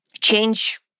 change